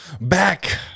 back